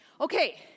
Okay